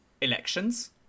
elections